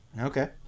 Okay